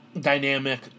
dynamic